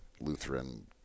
Lutheran